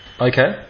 Okay